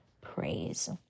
praise